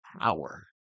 power